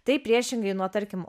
tai priešingai nuo tarkim